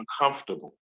uncomfortable